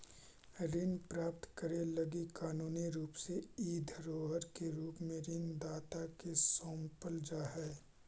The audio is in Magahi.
ऋण प्राप्त करे लगी कानूनी रूप से इ धरोहर के रूप में ऋण दाता के सौंपल जा हई